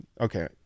okay